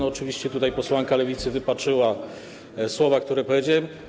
Oczywiście posłanka Lewicy wypaczyła słowa, które powiedziałem.